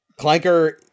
Clanker